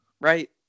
right